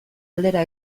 aldera